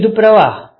વિરુદ્ધ પ્રવાહ